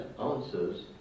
answers